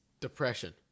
Depression